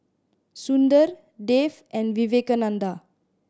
Sundar Dev and Vivekananda